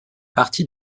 partie